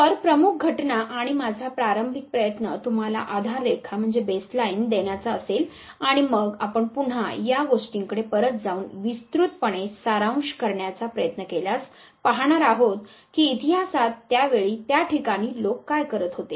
तर प्रमुख घटना आणि माझा प्रारंभिक प्रयत्न तुम्हाला आधार रेखा देण्याचा असेल आणि मग आपण पुन्हा या गोष्टीकडे परत जाऊन विस्तृतपणे सारांश करण्याचा प्रयत्न केल्यास पाहणार आहोत की इतिहासात त्या वेळी त्या ठिकाणी लोक काय करीत होते